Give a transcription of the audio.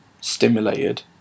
stimulated